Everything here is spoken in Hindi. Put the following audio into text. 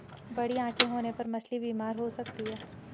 बड़ी आंखें होने पर मछली बीमार हो सकती है